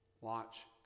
Watch